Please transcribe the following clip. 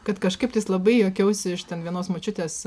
kad kažkaip labai juokiausi iš ten vienos močiutės